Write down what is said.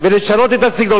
ולשנות את הסגנון,